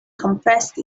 compressed